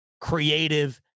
creative